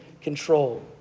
control